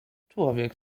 człowiek